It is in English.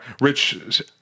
Rich